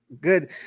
good